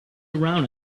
around